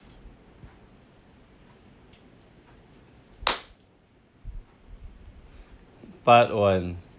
part one